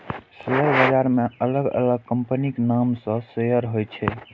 share बाजार मे अलग अलग कंपनीक नाम सं शेयर होइ छै